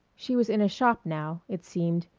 she was in a shop now, it seemed,